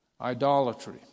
Idolatry